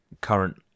current